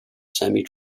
semi